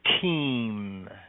team